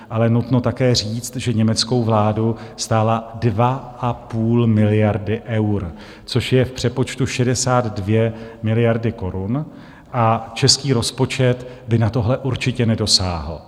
Ale nutno také říct, že německou vládu stála 2,5 miliardy eur, což je v přepočtu 62 miliard korun, a český rozpočet by na tohle určitě nedosáhl.